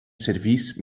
service